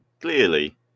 clearly